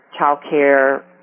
childcare